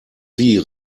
wie